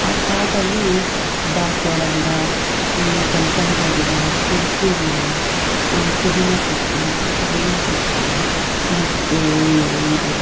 ಆ ಪಾಟಲ್ಲಿ ದಾಸವಾಳ ಗಿಡ ಕನಕಾಂಬ್ರ ಗಿಡ ತುಳಸಿ ಗಿಡ ಪುದಿನ ಸೊಪ್ಪು ಧನಿಯಾ ಸೊಪ್ಪು ಮತ್ತು ಇದು